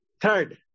third